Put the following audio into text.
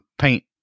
paint